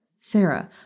Sarah